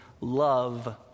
Love